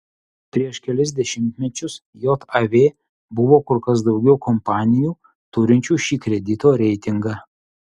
prieš kelis dešimtmečius jav buvo kur kas daugiau kompanijų turinčių šį kredito reitingą